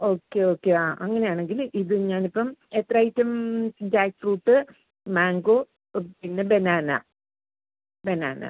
okay okay ആ അങ്ങനെ ആണെങ്കിൽ ഇത് ഞാനിപ്പം എത്ര ഐറ്റം ജാക്ക്ഫ്രൂട്ട് മാംഗോ പിന്നെ ബനാന ബനാന